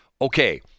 Okay